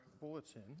bulletin